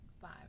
five